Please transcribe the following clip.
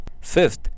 Fifth